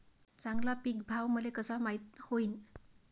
चांगला पीक भाव मले कसा माइत होईन?